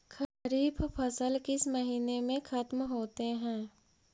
खरिफ फसल किस महीने में ख़त्म होते हैं?